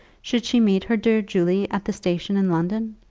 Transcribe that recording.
should she meet her dear julie at the station in london?